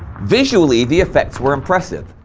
visually the effects were impressive.